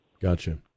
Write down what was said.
gotcha